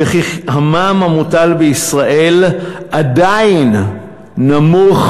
וכי המע"מ המוטל בישראל עדיין נמוך,